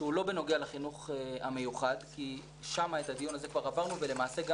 שהוא לא בנוגע לחינוך המיוחד כי את הדיון הזה כבר עברנו למעשה.